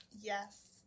Yes